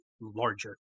larger